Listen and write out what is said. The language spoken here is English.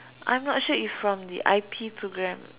I'm not sure if from the I_P programme